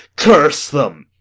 curse them.